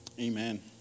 Amen